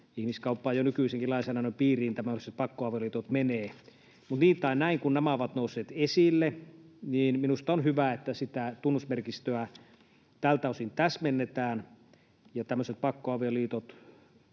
että jo nykyisenkin lainsäädännön piirissä nämä pakkoavioliitot menevät ihmiskauppaan. Mutta niin tai näin, kun nämä ovat nousseet esille, niin minusta on hyvä, että sitä tunnusmerkistöä tältä osin täsmennetään ja tämmöiset